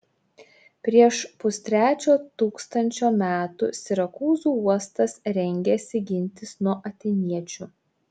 prieš pustrečio tūkstančio metų sirakūzų uostas rengėsi gintis nuo atėniečių